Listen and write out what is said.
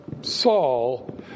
Saul